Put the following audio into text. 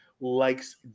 likes